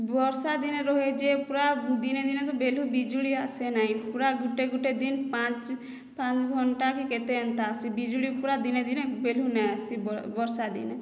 ବର୍ଷା ଦିନେ ରୁହେ ଯେ ପୁରା ଦିନେ ଦିନେ ତ ବେଲୁ ବିଜୁଳି ଆସେ ନାହିଁ ପୁରା ଗୁଟେ ଗୁଟେ ଦିନ ପାଞ୍ଚ ପାଁ ଘଣ୍ଟା କି କେତେ ଏନ୍ତା ସେ ବିଜୁଳି ପୁରା ଦିନେ ଦିନେ ବେଲୁ ନାହିଁ ଆସେ ବର୍ଷା ଦିନେ